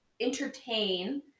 entertain